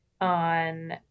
on